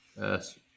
Yes